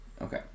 Okay